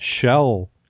shell